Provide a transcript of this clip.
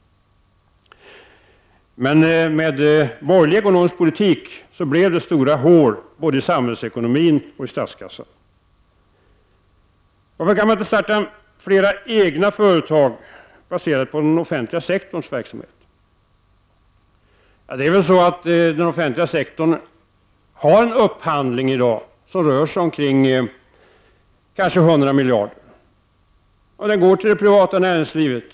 Med borgerlig ekonomisk politik blev det stora hål både i samhällsekonomin och i statskassan. Varför kan man inte starta fler egna företag baserade på den offentliga sektorns verksamhet? Det är väl så att den offentliga sektorn har en upphandling i dag i storleksordningen 100 miljarder. Den upphandlingen sker i det privata näringslivet.